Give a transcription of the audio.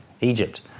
Egypt